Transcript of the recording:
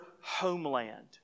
homeland